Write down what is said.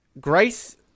Grace